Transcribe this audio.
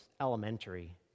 elementary